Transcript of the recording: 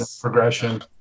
progression